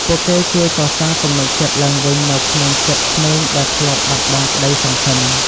ពួកគេជួយកសាងទំនុកចិត្តឡើងវិញនៅក្នុងចិត្តក្មេងដែលធ្លាប់បាត់បង់ក្ដីសង្ឃឹម។